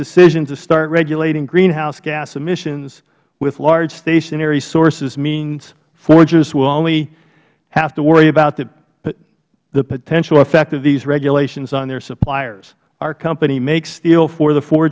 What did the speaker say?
decision to start regulating greenhouse gas emissions with large stationary sources means forgers will only have to worry about the potential effect of these regulations on their suppliers our company makes steel for the for